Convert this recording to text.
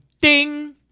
ding